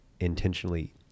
intentionally